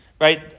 right